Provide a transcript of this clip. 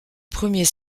premier